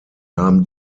haben